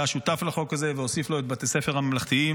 שהיה שותף לחוק הזה והוסיף לו את בתי הספר הממלכתיים,